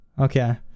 okay